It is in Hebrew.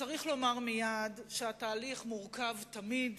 צריך לומר מייד שהתהליך מורכב מדי,